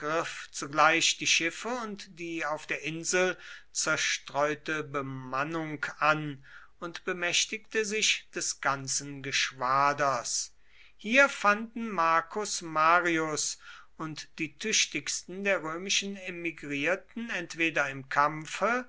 zugleich die schiffe und die auf der insel zerstreute bemannung an und bemächtigte sich des ganzen geschwaders hier fanden marcus marius und die tüchtigsten der römischen emigrierten entweder im kampfe